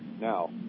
Now